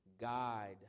guide